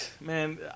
man